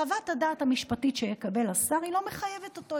חוות הדעת המשפטית שיקבל השר לא מחייבת אותו,